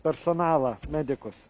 personalą medikus